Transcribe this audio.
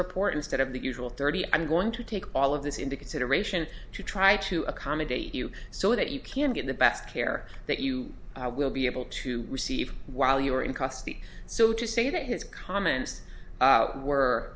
report instead of the usual thirty i'm going to take all of this into consideration to try to accommodate you so that you can get the best care that you will be able to receive while you are in custody so to say that his comments were